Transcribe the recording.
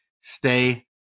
stay